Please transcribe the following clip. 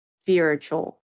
spiritual